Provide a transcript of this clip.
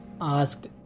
asked